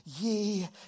ye